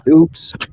Oops